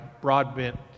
broadbent